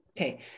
okay